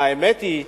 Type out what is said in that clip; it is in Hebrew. האמת היא,